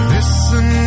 Listen